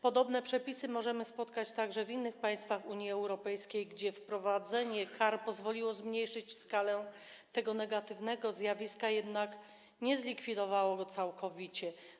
Podobne przepisy możemy spotkać także w innych państwach Unii Europejskiej, gdzie wprowadzenie kar pozwoliło zmniejszyć skalę tego negatywnego zjawiska, jednak nie zlikwidowało go całkowicie.